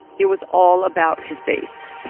it was all about his base